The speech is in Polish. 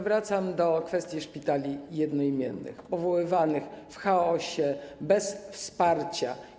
Wracam do kwestii szpitali jednoimiennych, powoływanych w chaosie, bez wsparcia.